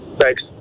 Thanks